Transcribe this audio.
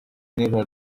neither